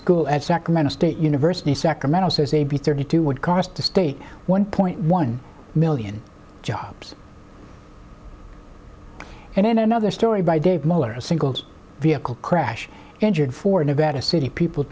school at sacramento state university sacramento says a b thirty two would cost the state one point one million jobs and in another story by dave muller a single vehicle crash injured four nevada city people